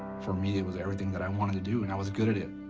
for me, it was everything that i wanted to do, and i was good at it.